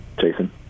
jason